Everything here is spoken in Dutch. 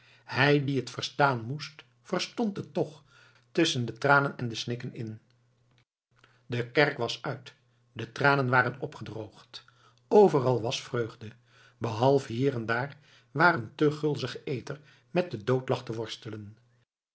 hij die het verstaan moest verstond het tch tusschen de tranen en de snikken in de kerk was uit de tranen waren opgedroogd overal was vreugde behalve hier en daar waar een te gulzige eter met den dood